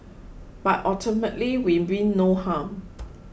but ultimately we mean no harm